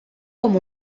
com